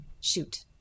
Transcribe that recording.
shoot